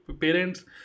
parents